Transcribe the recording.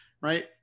Right